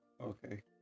Okay